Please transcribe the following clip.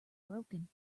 broken